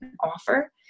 offer